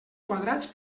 quadrats